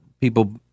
people